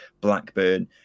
Blackburn